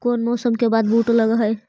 कोन मौसम के बाद बुट लग है?